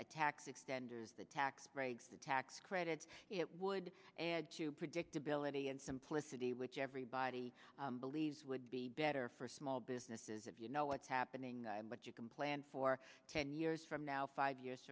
tax extenders the tax breaks the tax credits it would add to predictability and simplicity which you have the body believes would be better for small businesses if you know what's happening but you can plan for ten years from now five years